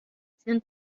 seems